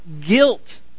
guilt